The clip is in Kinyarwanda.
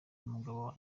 umugabo